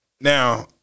Now